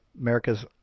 America's